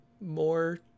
more